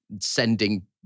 sending